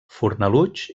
fornalutx